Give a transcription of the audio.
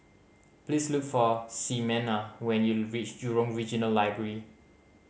please look for Ximena when you reach Jurong Regional Library